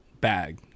bag